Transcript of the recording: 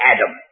Adam